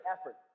effort